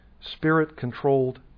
Spirit-controlled